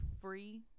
free